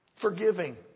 forgiving